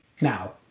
now